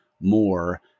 more